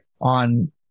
on